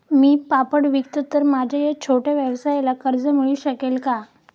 मी पापड विकतो तर माझ्या या छोट्या व्यवसायाला कर्ज मिळू शकेल का?